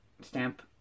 stamp